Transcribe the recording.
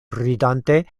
ridante